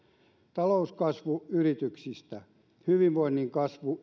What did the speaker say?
talouskasvu yrityksistä hyvinvoinnin kasvu